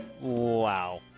Wow